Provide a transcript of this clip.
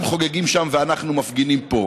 הם חוגגים שם ואנחנו מפגינים פה,